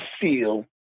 feel